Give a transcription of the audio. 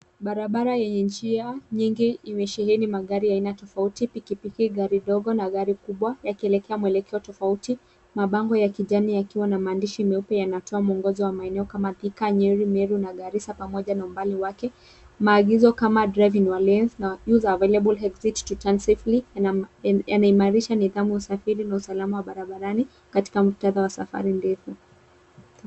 Barabara yenye njia nyingi imesheheni magari ya aina tofauti, pikipiki, gari dogo na gari kubwa yakielekea maelekeo tofauti. Mabango ya kijani yakiwa na maandishi meupe yanatoa mwongozo wa maeneo kama Thika, Nyeri, Meru na Garissa pamoja na umbali wake. Maagizo kama drive in your lanes na use available exit to turn safely yanaimarisha nidhamu wa usafiri na usalama wa barabarani katika mukhtada wa safari ndefu.